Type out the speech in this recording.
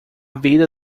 vida